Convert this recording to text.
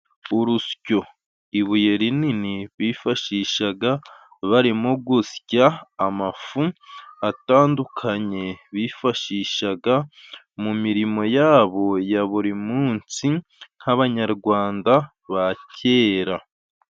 Urusyo; ibuye rinini bifashishaga barimo gusya amafu atandukanye, bifashishaga mu mirimo yabo ya buri munsi nk'abanyarwanda ba kera.